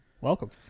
welcome